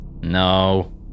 No